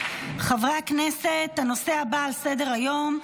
חברי הכנסת, הנושא הבא על סדר-היום,